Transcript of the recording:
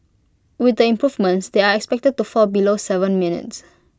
with the improvements they are expected to fall below Seven minutes